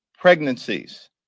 pregnancies